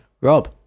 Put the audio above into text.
Rob